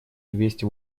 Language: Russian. двести